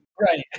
Right